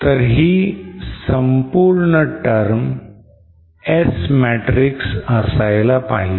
तर ही संपूर्ण term S matrix असायला हवा